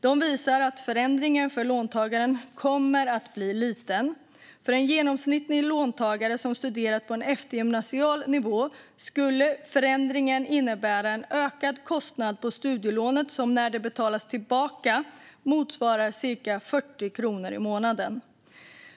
De visar att förändringen för låntagaren kommer att bli liten. För en genomsnittlig låntagare som studerat på eftergymnasial nivå skulle förändringen innebära en ökad kostnad motsvarande cirka 40 kronor i månaden när studielånet betalas tillbaka.